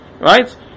Right